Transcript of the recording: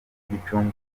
gicumbi